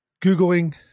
Googling